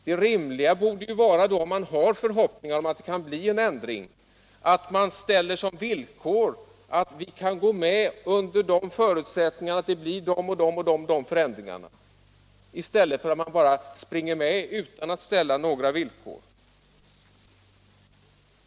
Om man hoppas att det skall bli en ändring bör det rimliga vara att man ställer som villkor att vi kan gå med under förutsättning att vissa utsagda förändringar sker — i stället för att man bara springer med utan att ställa några som helst villkor.